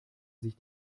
sich